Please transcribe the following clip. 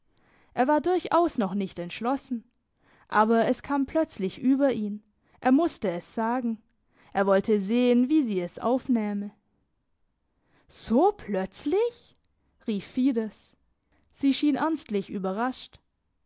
er war durchaus noch nicht entschlossen aber es kam plötzlich über ihn er musste es sagen er wollte sehen wie sie es aufnähme so plötzlich rief fides sie schien ernstlich überrascht